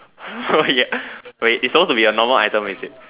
ya oh it it suppose to be a normal item is it